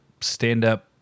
stand-up